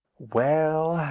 well,